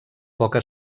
poca